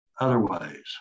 otherwise